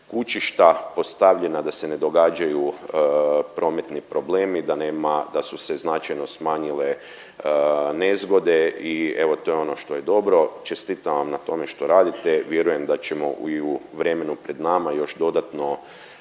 kučišta postavljena da se ne događaju prometni problemi, da nema, da su se značajno smanjile nezgode i evo to je ono što je dobro. Čestitam vam na tome što radite. Vjerujem da ćemo i u vremenu pred nama još dodatno